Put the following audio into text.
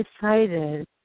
decided